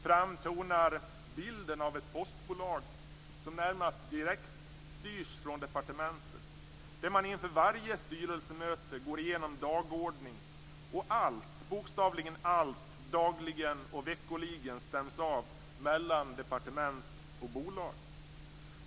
Fram tonar bilden av ett postbolag som närmast direktstyrs från departementet, där man inför varje styrelsemöte går igenom dagordningen, och allt, bokstavligen allt, dagligen och veckoligen stäms av mellan departement och bolag.